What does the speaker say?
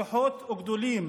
שכוחות גדולים